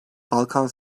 balkan